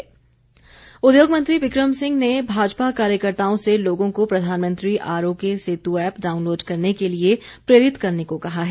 बिक्रम सिंह उद्योग मंत्री बिक्रम सिंह ने भाजपा कार्यकर्ताओं से लोगों को प्रधानमंत्री आरोग्य सेतु ऐप डाउनलोड करने के लिए प्रेरित करने को कहा है